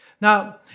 Now